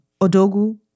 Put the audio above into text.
Odogu